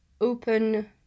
open